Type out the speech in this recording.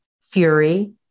fury